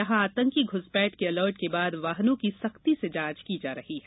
यहां आतंकी घुसपैठ के अलर्ट के बाद वाहनों की सख्ती से जांच की जा रही है